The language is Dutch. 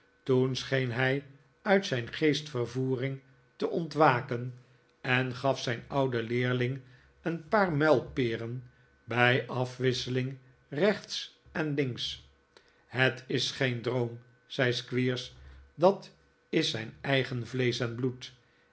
toen scheen hij uit zijn geestvervoering te ontwaken en gaf zijn ouden leerling een paar muilperen bij afwisseling rechts en links het is geen droom zei squeers dat is zijn eigen vleesch en bloed